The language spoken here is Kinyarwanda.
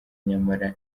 nyamara